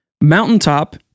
Mountaintop